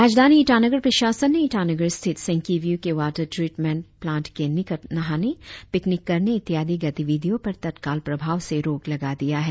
राजधानी ईटानगर प्रशासन ने ईटानगर स्थित सेंकिवियू के वाटर ट्रिटमेंट प्लांट के निकट नहाने पिकनिक करने इत्यादि गतिविधियों पर तत्काल प्रभाव से रोक लगा दिया है